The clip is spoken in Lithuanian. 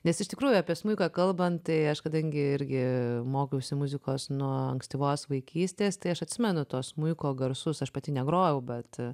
nes iš tikrųjų apie smuiką kalbant tai aš kadangi irgi mokiausi muzikos nuo ankstyvos vaikystės tai aš atsimenu tuos smuiko garsus aš pati negrojau bet